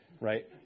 right